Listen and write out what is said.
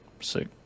Sick